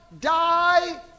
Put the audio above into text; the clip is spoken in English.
die